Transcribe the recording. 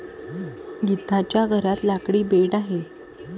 गीताच्या घरात लाकडी बेड आहे